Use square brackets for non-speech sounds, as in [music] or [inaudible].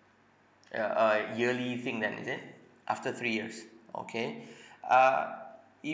[noise] ya uh yearly thing then is it after three years okay [breath] uh